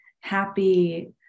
happy